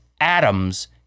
atoms